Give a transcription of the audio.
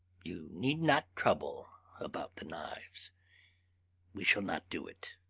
you need not trouble about the knives we shall not do it.